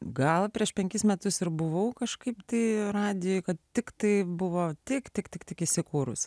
gal prieš penkis metus ir buvau kažkaip tai radijuj kad tiktai buvo tik tik tik tik įsikūrus